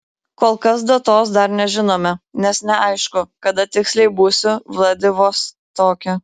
kol kas datos dar nežinome nes neaišku kada tiksliai būsiu vladivostoke